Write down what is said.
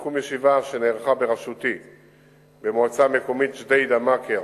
בסיכום ישיבה שנערכה בראשותי במועצה מקומית ג'דיידה-מכר